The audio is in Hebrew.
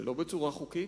שלא בצורה חוקית?